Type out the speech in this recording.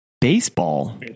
baseball